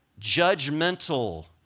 judgmental